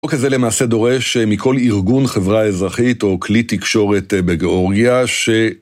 לא כזה למעשה דורש מכל ארגון, חברה אזרחית או כלי תקשורת בגאורגיה ש...